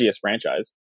franchise